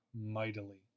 mightily